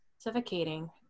suffocating